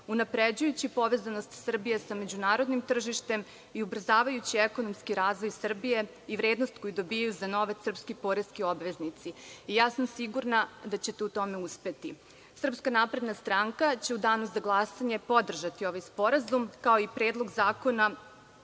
unapređujući povezanost Srbije sa međunarodnim tržištem i ubrzavajući ekonomski razvoj Srbije i vrednost koju dobijaju za novac srpski poreski obveznici. Ja sam sigurna da ćete u tome uspeti. Srpska napredna stranka će u Danu za glasanje podržati ovaj sporazum, kao i Predlog zakona